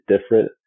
different